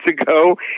ago